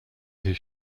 his